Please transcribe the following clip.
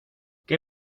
qué